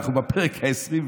אנחנו בפרק ה-21.